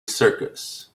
circus